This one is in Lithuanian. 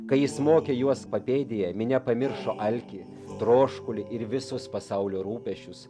kai jis mokė juos papėdėje minia pamiršo alkį troškulį ir visus pasaulio rūpesčius